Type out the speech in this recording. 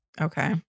Okay